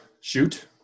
shoot